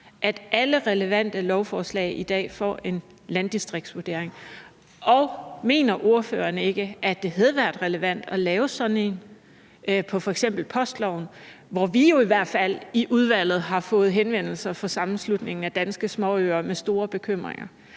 at alle relevante lovforslag i dag får en landdistriktsvurdering? Og mener ordføreren ikke, at det havde været relevant at lave sådan en på basis af f.eks. postloven, hvor vi jo i hvert fald i udvalget har fået henvendelser fra Sammenslutningen af Danske Småøer med store bekymringer?